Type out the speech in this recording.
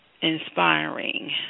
inspiring